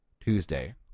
Tuesday